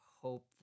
hope